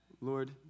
Lord